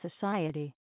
Society